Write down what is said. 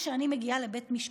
כשאני מגיעה לבית משפט,